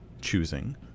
choosing